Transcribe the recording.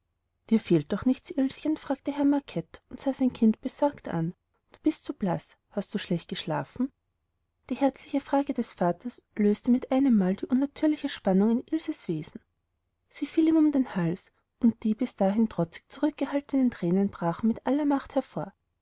dir fehlt doch nichts ilschen fragte herr macket und sah sein kind besorgt an du bist so blaß hast du schlecht geschlafen die herzliche frage des vaters löste mit einemmal die unnatürliche spannung in ilses wesen sie fiel ihm um den hals und die bis dahin trotzig zurückgehaltenen thränen brachen mit aller macht hervor